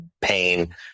pain